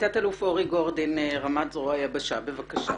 תת-אלוף אורי גורדין, רמ"ט זרוע היבשה, בבקשה.